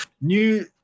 new